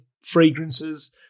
fragrances